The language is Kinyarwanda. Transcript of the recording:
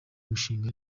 umushinga